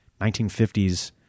1950s